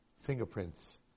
fingerprints